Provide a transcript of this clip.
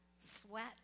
sweat